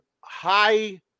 high